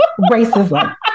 Racism